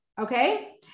okay